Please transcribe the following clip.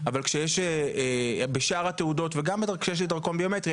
אבל בשאר התעודות וגם כשיש לי דרכון ביומטרי,